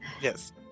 Yes